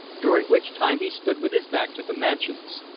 during which time he stood with his back to the mansions.